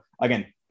again